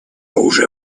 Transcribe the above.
уже